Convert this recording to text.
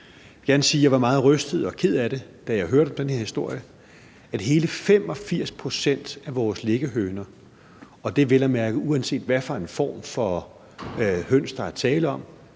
Jeg vil gerne sige, at jeg var meget rystet og blev ked af det, da jeg hørte den her historie om, at hele 85 pct. af vores liggehøner – og det er vel at mærke, uanset hvad for en form for høns, der er tale om,